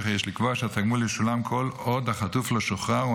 וכי יש לקבוע שהתגמול ישולם כל עוד החטוף לא שוחרר,